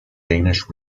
danish